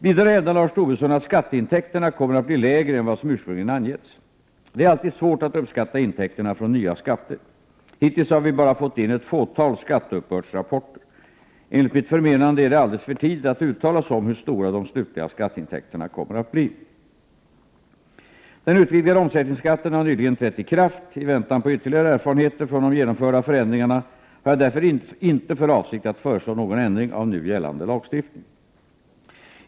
Vidare hävdar Lars Tobisson att skatteintäkterna kommer att bli lägre än vad som ursprungligen angetts. Det är alltid svårt att uppskatta intäkterna från nya skatter. Hittills har vi endast fått in ett fåtal skatteuppbördsrapporter. Enligt mitt förmenande är det alldeles för tidigt att uttala sig om hur stora de slutliga skatteintäkterna kommer att bli. Den utvidgade omsättningsskatten har nyligen trätt i kraft. I väntan på ytterligare erfarenheter från de genomförda förändringarna har jag därför inte för avsikt att föreslå någon ändring av nu gällande lagstiftning.